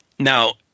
Now